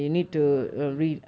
a lot of reading